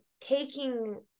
taking